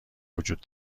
وجود